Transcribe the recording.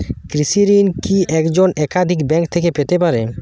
কৃষিঋণ কি একজন একাধিক ব্যাঙ্ক থেকে পেতে পারে?